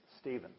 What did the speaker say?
Stephen